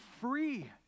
free